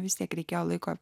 vis tiek reikėjo laiko